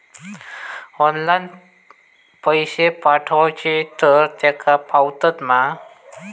Online पैसे पाठवचे तर तेका पावतत मा?